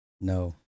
No